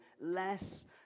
less